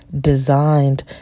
designed